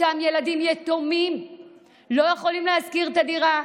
אותם ילדים יתומים לא יכולים להשכיר את הדירה,